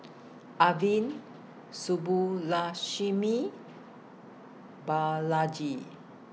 Arvind Subbulakshmi Balaji